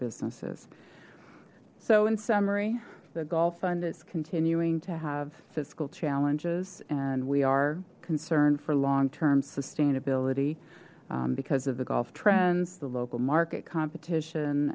businesses so in summary the golf fund is continuing to have fiscal challenges and we are concerned for long term sustainability because of the golf trends the local market competition